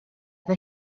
efo